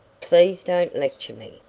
please don't lecture me,